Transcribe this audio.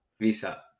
Visa